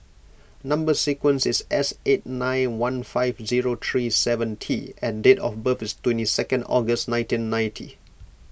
Number Sequence is S eight nine one five zero three seven T and date of birth is twenty second August nineteen ninety